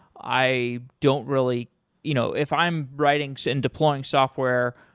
i don't really you know if i'm writing so and deploying software,